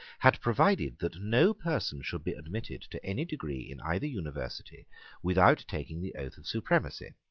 had provided that no person should be admitted to any degree in either university without taking the oath of supremacy,